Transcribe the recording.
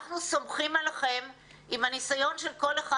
אנחנו סומכים עליכם עם הניסיון של כל אחד